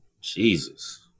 Jesus